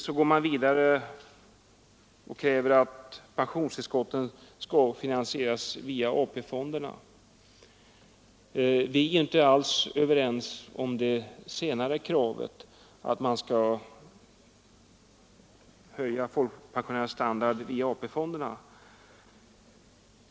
Man går vidare och kräver att pensionstillskotten skall finansieras via AP-fonderna. Vi är inte alls överens om det senare kravet att man skall höja folkpensionernas standard via AP-fonderna.